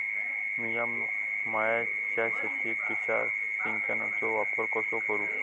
मिया माळ्याच्या शेतीत तुषार सिंचनचो वापर कसो करू?